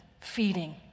feeding